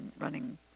running